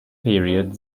period